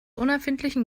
unerfindlichen